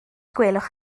gwelwch